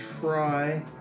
try